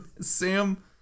Sam